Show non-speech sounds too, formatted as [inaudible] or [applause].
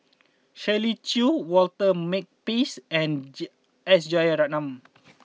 Shirley Chew Walter Makepeace and [hesitation] S Rajaratnam